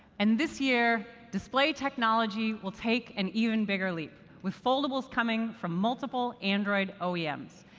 and this year, display technology will take an even bigger leap with foldables coming from multiple android oems.